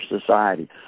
society